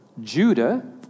Judah